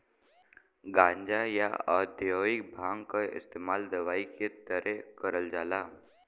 गांजा, या औद्योगिक भांग क इस्तेमाल दवाई के तरे करल जाला